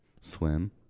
swim